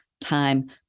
Time